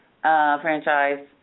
franchise